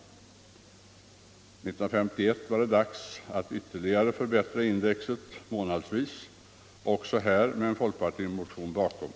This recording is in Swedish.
Nr 134 År 1951 var det dags att ytterligare förbättra indexet månadsvis, också Onsdagen den här med en folkpartimotion bakom.